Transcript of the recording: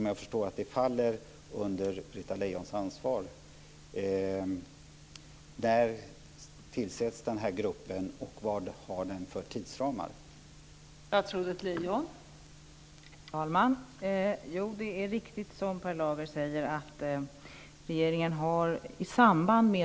Jag förstår att detta faller under Britta Lejons ansvar, och min fråga är: När tillsätts denna grupp, och vilka tidsramar har den?